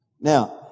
Now